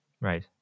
Right